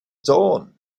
dawn